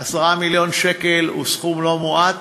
10 מיליון שקל הם סכום לא מועט,